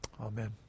Amen